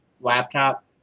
laptop